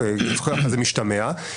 לפחות כך זה משתמע,